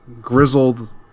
grizzled